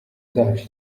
zacu